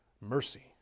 mercy